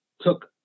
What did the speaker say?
took